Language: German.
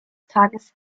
tages